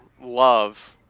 love